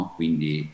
quindi